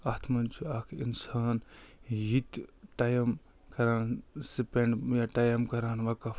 اَتھ منٛز چھُ اَکھ اِنسان یِتہِ ٹایم کران سِپٮ۪نٛڈ یا ٹایم کران وقف